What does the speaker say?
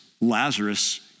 Lazarus